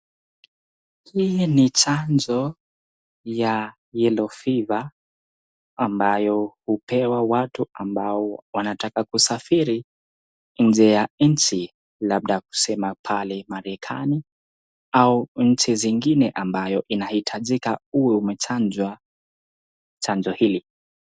Hili ni chanjo ya yellow fever ambayo hupewa watu ambao wanataka kusafiri nje ya nchi labda kusema pale marekani, au nchi zingine ambayo inahitajika uwe umechanjwa chanjo hili.